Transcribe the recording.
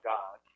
God